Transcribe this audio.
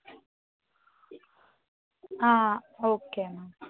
ఆ okay ma'am